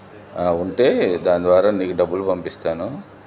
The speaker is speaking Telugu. ఉంటే దాని ద్వారా నీకు డబ్బులు పంపిస్తాను